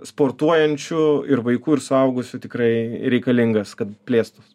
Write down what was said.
sportuojančių ir vaikų ir suaugusių tikrai reikalingas kad plėstųs